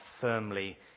firmly